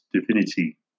divinity